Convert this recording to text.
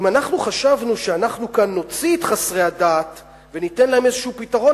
אם אנחנו חשבנו שאנחנו כאן נוציא את חסרי הדת וניתן להם איזשהו פתרון,